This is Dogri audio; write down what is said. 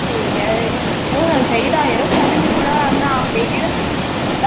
ठीक ऐ एह् होना निं चाहिदा हा जरो में थुआढ़ा नाप लेइयै गै थुआढ़ा सूट सीत्ता हा